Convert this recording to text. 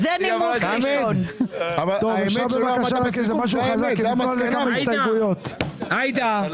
הצבעה ההסתייגות לא